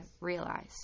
realize